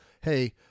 hey